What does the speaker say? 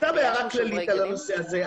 סתם הערה כללית על הנושא הזה.